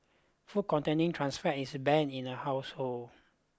food containing trans fat is banned in the household